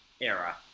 era